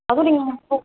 அதுவும் நீங்க இப்போது